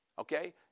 okay